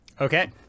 okay